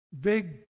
big